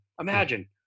imagine